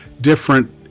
different